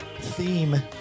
theme